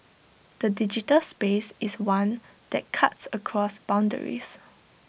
the digital space is one that cuts across boundaries